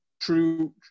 true